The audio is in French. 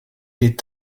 est